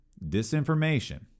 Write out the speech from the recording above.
disinformation